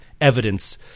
evidence